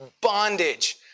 bondage